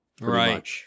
Right